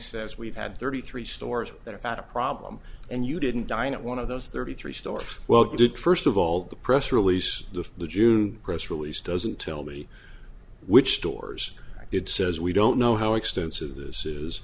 says we've had thirty three stores that have had a problem and you didn't dine at one of those thirty three stores well did first of all the press release the june press release doesn't tell me which stores it says we don't know how extensive this is